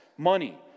Money